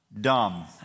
dumb